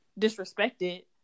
disrespected